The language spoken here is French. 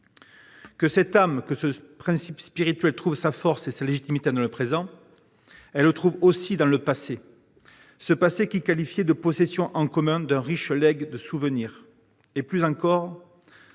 si cette âme, ce principe spirituel trouve sa force et sa légitimité dans le présent, il le trouve aussi dans le passé, ce passé qu'il qualifiait de « possession en commun d'un riche legs de souvenirs » alimenté